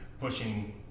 pushing